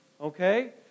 okay